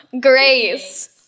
grace